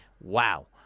wow